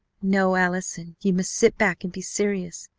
no, allison, you must sit back and be serious.